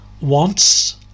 wants